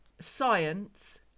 science